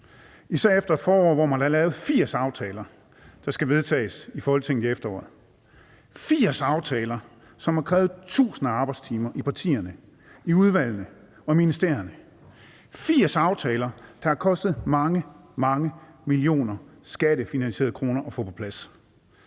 især efter et forår, hvor man har lavet 80 aftaler, der skal vedtages i Folketinget i efteråret. Det er 80 aftaler, som har krævet tusinder af arbejdstimer i partierne, i udvalgene og i ministerierne. Det er 80 aftaler, der har kostet mange, mange millioner skattefinansierede kroner at få på plads.